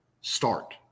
start